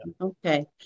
Okay